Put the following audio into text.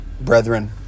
brethren